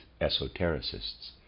esotericists